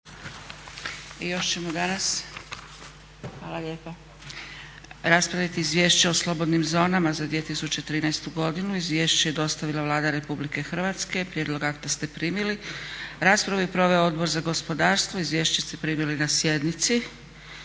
I još ćemo danas raspraviti: - Izvješće o slobodnim zonama za 2013. godinu. Izvješće je dostavila Vlada Republike Hrvatske. Prijedlog akta ste primili. Raspravu je proveo Odbor za gospodarstvo. Izvješće ste primili na sjednici.